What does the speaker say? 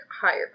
higher